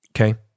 okay